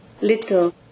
Little